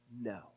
no